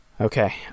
Okay